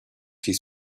his